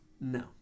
No